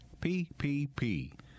PPP